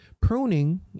pruning